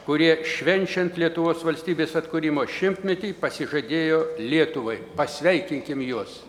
kurie švenčiant lietuvos valstybės atkūrimo šimtmetį pasižadėjo lietuvai pasveikinkim juos